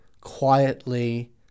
quietly